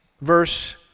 verse